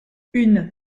une